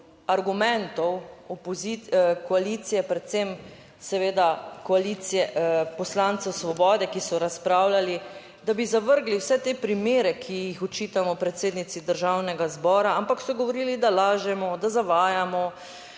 argumentov koalicije, predvsem seveda koalicije poslancev Svobode, ki so razpravljali, da bi zavrgli vse te primere, ki jih očitamo predsednici Državnega zbora, ampak so govorili, da lažemo, da zavajamo,